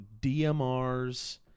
DMRs